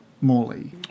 Morley